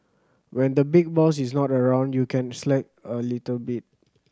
when the big boss is not around you can slack a little bit